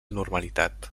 normalitat